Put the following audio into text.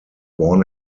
born